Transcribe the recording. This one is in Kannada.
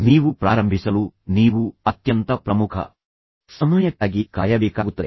ನೀವು ಪ್ರಾರಂಭಿಸಲು ನೀವು ಅತ್ಯಂತ ಪ್ರಮುಖ ಸಮಯಕ್ಕಾಗಿ ಕಾಯಬೇಕಾಗುತ್ತದೆ